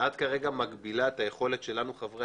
את כרגע מגבילה את היכולת שלנו חברי